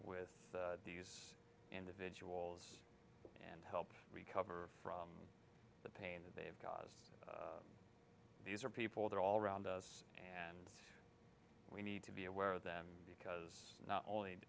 with these individuals and help recover from the pain that they've got these are people that are all around us and we need to be aware of them because not only